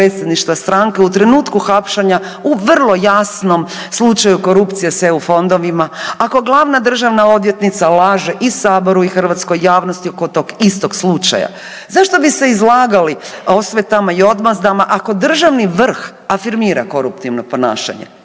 predsjedništva stranke u trenutku hapšenja u vrlo jasnom slučaju korupcije s eu fondovima, ako glavna državna odvjetnica laže i saboru i hrvatskoj javnosti oko tog istog slučaja. Zašto bi se izlagali osvetama i odmazdama ako državni vrh afirmira koruptivno ponašanje?